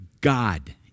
God